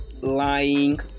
lying